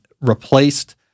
replaced